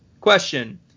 Question